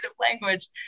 language